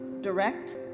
direct